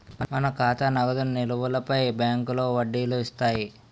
మన ఖాతా నగదు నిలువులపై బ్యాంకులో వడ్డీలు ఇస్తాయి